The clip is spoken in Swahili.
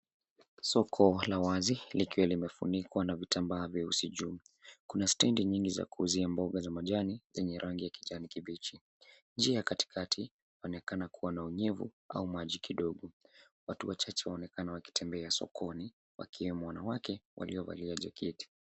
Soko la wazi likiwa limefunikwa na vitambaa vyeusi juu, kuna stendi nyingi za kuuzia mboga za majani zenye rangi ya kijani kibichi. Njia ya katikati inaonekana kuwa na unyevu au maji kidogo. Watu wachache waonekana wakitembea sokoni, wakiwemo wanawake waliovalia jaketi.